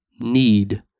need